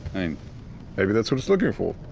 i mean maybe that's what it's looking for.